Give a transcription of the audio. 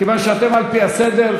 כיוון שאתם על-פי הסדר,